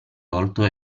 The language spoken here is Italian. volto